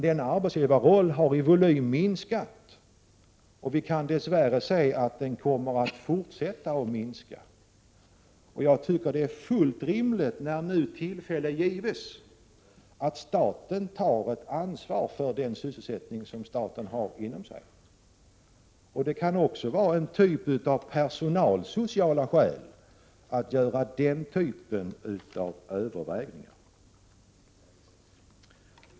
Denna arbetsgivarroll har i volym minskat, och vi kan dess värre säga att den kommer att fortsätta att minska. Jag tycker att det är fullt rimligt, när nu tillfälle gives, att staten tar ett ansvar för sysselsättningen. Det kan också finnas personalsociala skäl som gäller dessa statligt anställda att ta hänsyn till vid de överväganden som görs.